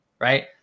right